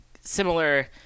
similar